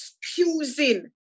excusing